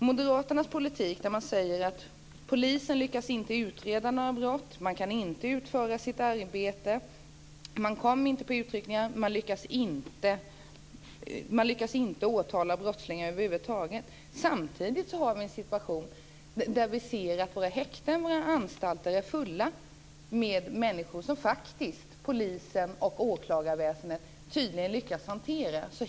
Moderaterna säger att polisen inte lyckas utreda några brott, inte kan utföra sitt arbete, inte kommer på utryckningar och inte lyckas åtala brottslingar över huvud taget. Samtidigt har vi en situation där våra häkten och anstalter är fulla med människor som polisen och åklagarväsendet faktiskt tydligen lyckats hantera.